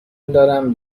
دارم